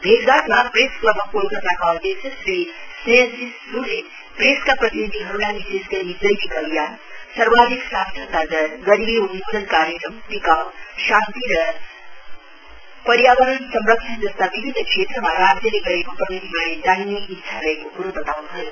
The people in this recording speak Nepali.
भेटघाटमा प्रेस क्लब अफ कोलकताका अध्यक्ष श्री स्नेहसिस सुरले प्रेसका प्रतिनिधिहरूलाई विशेष गरी जैविक अभियान सर्वाधिक साक्षरता दर गरीबी उन्मूलन कार्यक्रम टिकाउ शान्ति र पर्यावरण संरक्षण जस्ता विभिन्न क्षेत्रमा राज्यले गरेको प्रगतिबारे जान्ने इच्छा रहेको क्रो बताउनु भयो